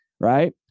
right